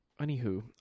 Anywho